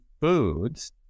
foods